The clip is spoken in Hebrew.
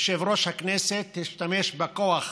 יושב-ראש הכנסת השתמש בכוח